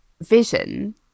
vision